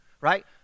right